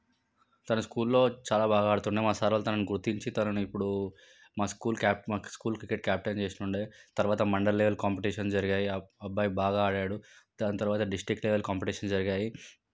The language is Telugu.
తన స్కూల్లో చాలా బాగా ఆడుతున్న మా సార్ వాళ్ళు తనను గుర్తించి ఇప్పుడు మా స్కూల్ క్యాప్ మా స్కూల్కే క్యాప్టన్ చేస్తుండే తర్వాత మండల్ లెవెల్ కాంపిటీషన్ జరిగాయి ఆ అబ్బాయి బాగా ఆడాడు దాని తర్వాత డిస్టిక్ లెవెల్ కాంపిటీషన్ జరిగాయి